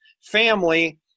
family